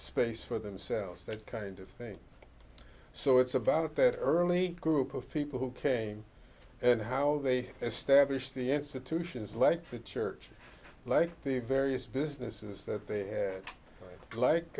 space for themselves that kind of thing so it's about that early group of people who came and how they established the institutions like the church like the various businesses that they had like